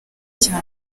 cya